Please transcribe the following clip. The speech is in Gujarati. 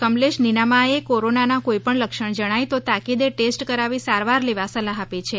કમલેશ નિનામાએ કોરોનાના કોઇપણ લક્ષણ જણાય તો તાકીદે ટેસ્ટ કરાવી સારવાર લેવા સલાહ આપી છે